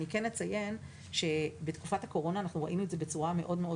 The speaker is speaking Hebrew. אני כן אציין שבתקופת הקורונה אנחנו ראינו באמת בצורה מאוד מאוד